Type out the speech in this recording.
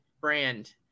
brand